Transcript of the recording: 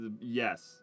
Yes